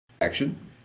action